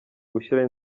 gushyiraho